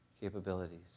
capabilities